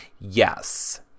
Yes